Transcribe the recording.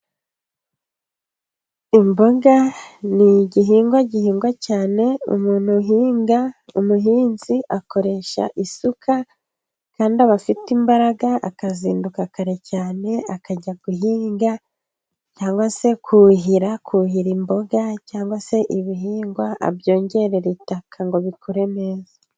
Imboga ni igihingwa gihingwa cyane, umuntu uhinga umuhinzi akoresha isuka kandi aba afite imbaraga, akazinduka kare cyane akajya guhinga cyangwa se kuhira, kuhira imboga cyangwa se ibihingwa abyongerera itaka ngo bikure neza.